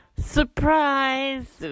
Surprise